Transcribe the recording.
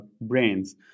brains